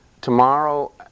Tomorrow